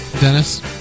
Dennis